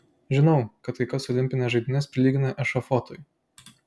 žinau kad kai kas olimpines žaidynes prilygina ešafotui